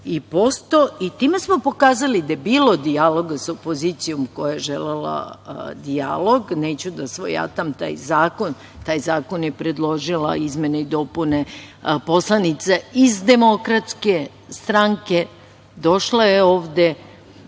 i time smo pokazali da je bilo dijaloga sa opozicijom koja je želela dijalog, neću da svojatam taj zakon. Taj zakon je predložila, izmene i dopune, poslanica iz DS, došla je ovde,